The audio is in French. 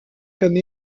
comme